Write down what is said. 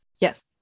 Yes